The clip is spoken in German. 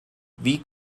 wie